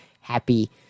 happy